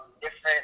different